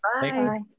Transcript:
Bye